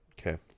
Okay